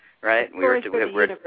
right